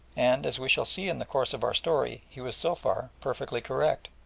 and as we shall see in the course of our story, he was so far perfectly correct.